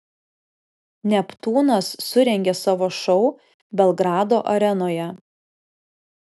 neptūnas surengė savo šou belgrado arenoje